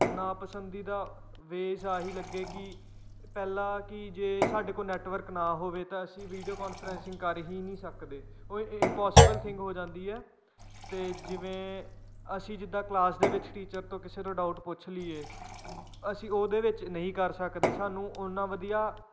ਨਾ ਪਸੰਦੀਦਾ ਵੇਜ ਆਹੀ ਲੱਗੇ ਕਿ ਪਹਿਲਾਂ ਕਿ ਜੇ ਸਾਡੇ ਕੋਲ ਨੈਟਵਰਕ ਨਾ ਹੋਵੇ ਤਾਂ ਅਸੀਂ ਵੀਡੀਓ ਕੋਂਨਫਰੈਂਸਿੰਗ ਕਰ ਹੀ ਨਹੀਂ ਸਕਦੇ ਉਹ ਇੰਪੋਸੀਬਲ ਥਿੰਗ ਹੋ ਜਾਂਦੀ ਹੈ ਅਤੇ ਜਿਵੇਂ ਅਸੀਂ ਜਿੱਦਾਂ ਕਲਾਸ ਦੇ ਵਿੱਚ ਟੀਚਰ ਤੋਂ ਕਿਸੇ ਦਾ ਡਾਊਟ ਪੁੱਛ ਲਈਏ ਅਸੀਂ ਉਹਦੇ ਵਿੱਚ ਨਹੀਂ ਕਰ ਸਕਦੇ ਸਾਨੂੰ ਉੰਨਾਂ ਵਧੀਆ